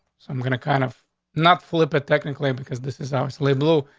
i'm i'm gonna kind of not flip it technically because this is our label.